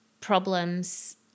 problems